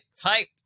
type